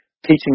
teaching